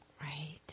Right